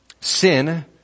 Sin